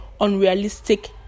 unrealistic